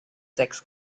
sechs